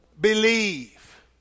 Believe